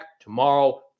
tomorrow